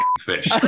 fish